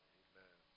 amen